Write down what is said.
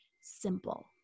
simple